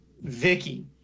Vicky